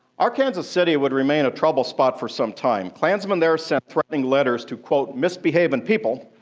arkansas city would remain a trouble spot for some time. klansmen there sent threatening letters to misbehavin' people,